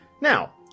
Now